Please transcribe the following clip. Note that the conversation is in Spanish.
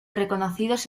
reconocidos